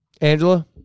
Angela